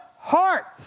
heart